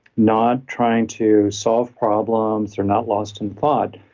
not trying to solve problems, they're not lost in thought,